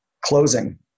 closing